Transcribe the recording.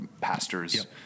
pastors